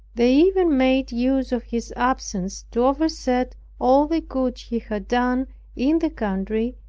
they even made use of his absence, to overset all the good he had done in the country